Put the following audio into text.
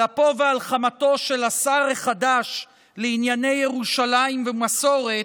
על אפו ועל חמתו של השר החדש לענייני ירושלים ומסורת,